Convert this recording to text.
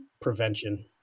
prevention